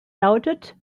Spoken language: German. lautet